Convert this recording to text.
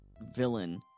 villain